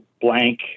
blank